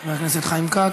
חבר הכנסת חיים כץ.